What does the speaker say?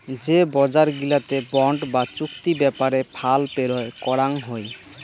যে বজার গিলাতে বন্ড বা চুক্তি ব্যাপারে ফাল পেরোয় করাং হই